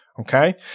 Okay